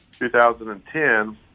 2010